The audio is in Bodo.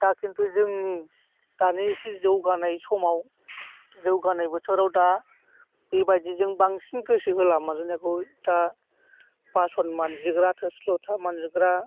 दा खिन्थु जोंनि दानि एसे जौगानाय समाव जौगानाय बोथोराव दा बेबायदिजों बांसिन गोसोहोला मानजिनायखौ दा बासोन मानजिग्रा थोरसि लथा मानजिग्रा